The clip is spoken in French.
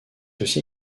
aussi